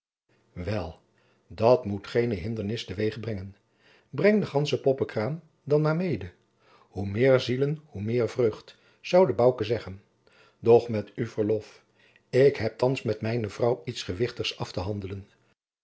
wel dat moet geene hindernis te weeg brengen breng de gansche poppenkraam dan maar mede hoe meer zielen hoe meer vreugd zoude bouke zeggen doch met uw verlof ik heb thands met mijne vrouw iets gewichtigs af te handelen